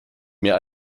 mehr